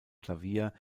klavier